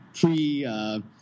pre